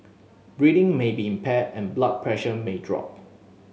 breathing may be impaired and blood pressure may drop